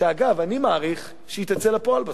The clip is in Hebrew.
שאגב, אני מעריך שהיא תצא לפועל בסוף.